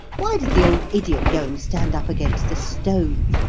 why did the old idiot go and stand up against the stove,